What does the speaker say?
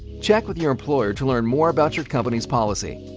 check with your employer to learn more about your company's policy.